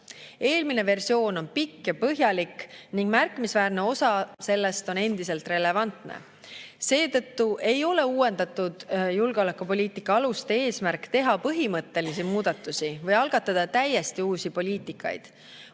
Eelmine versioon on pikk ja põhjalik ning märkimisväärne osa sellest on endiselt relevantne. Seetõttu ei ole uuendatud julgeolekupoliitika aluste eesmärk teha põhimõttelisi muudatusi või algatada täiesti uusi poliitikasuundi.